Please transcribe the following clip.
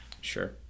Sure